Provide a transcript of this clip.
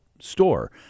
store